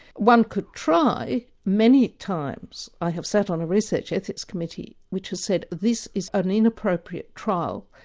one could try. many times i have sat on a research ethics committee which has said this is an inappropriate trial,